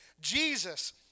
Jesus